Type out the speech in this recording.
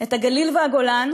את הגליל והגולן,